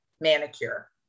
manicure